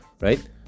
right